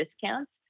discounts